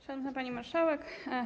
Szanowna Pani Marszałek!